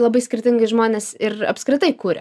labai skirtingai žmonės ir apskritai kuria